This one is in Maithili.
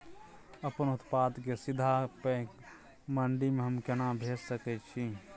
अपन उत्पाद के सीधा पैघ मंडी में हम केना भेज सकै छी?